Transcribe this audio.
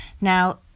Now